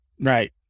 Right